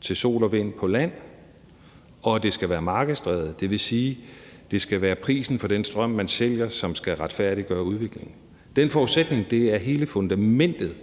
til sol- og vindenergi på land, og at det skal være markedsdrevet. Det vil sige, at det skal være prisen for den strøm, man sælger, som skal retfærdiggøre udviklingen. Den forudsætning er hele fundamentet